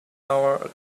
hour